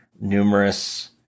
numerous